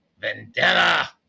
Vendetta